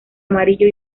amarillo